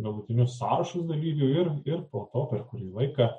galutinius sąrašus dalyvių ir ir po to per kurį laiką